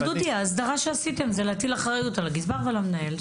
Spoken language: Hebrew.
האסדרה שעשיתם היא להטיל אחריות על הגזבר ועל המנהל.